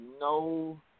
no